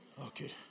Okay